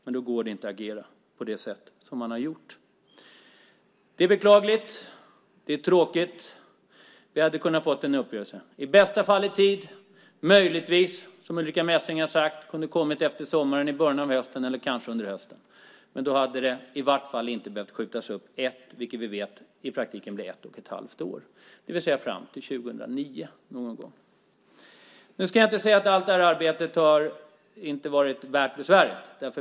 Men det går inte att agera på det sätt som han har gjort. Det är beklagligt och tråkigt. Vi hade kunnat få en uppgörelse. I bästa fall i tid eller möjligtvis, som Ulrica Messing sade, efter sommaren, i början av hösten eller kanske under hösten. Då hade det i varje fall inte behövt skjutas upp ett eller, som det blir i praktiken, ett och ett halvt år, det vill säga fram till någon gång 2009. Jag ska inte säga att allt detta arbete inte har varit värt besväret.